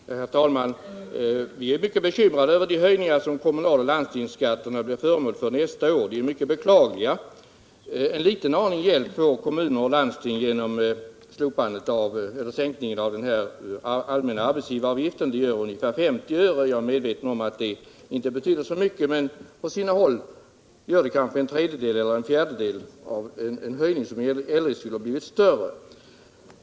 Herr talman! Vi är mycket bekymrade över de höjningar som kommunaloch landstingsskatterna blir föremål för nästa år. De är mycket beklagliga. En liten smula hjälp får kommuner och landsting genom sänkningen av den allmänna arbetsgivaravgiften. Det gör ungefär 50 öre. Jag är medveten om att det inte betyder så mycket, men på sina håll gör det kanske en tredjedel eller en fjärdedel av en höjning som eljest skulle ha blivit större.